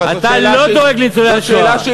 השאלה,